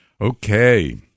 Okay